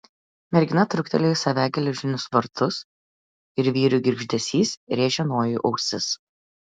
mergina truktelėjo į save geležinius vartus ir vyrių girgždesys rėžė nojui ausis